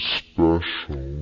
special